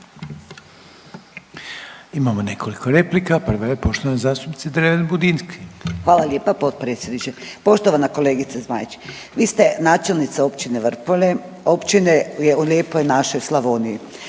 Imamo nekoliko replika. Prva je poštovane zastupnice Dreven Budinski. **Dreven Budinski, Nadica (HDZ)** Hvala lijepa potpredsjedniče. Poštovana kolegice Zmaić. Vi ste načelnica općine Vrpolje, općine u lijepoj našoj Slavoniji,